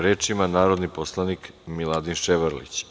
Reč ima narodni poslanik Miladin Ševarlić.